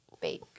bake